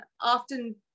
often